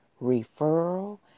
referral